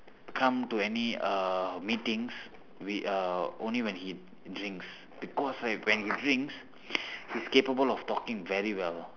come to any uh meetings with uh only when he drinks because like when he drinks he's capable of talking very well